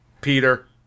Peter